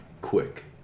quick